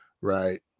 right